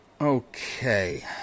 Okay